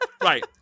Right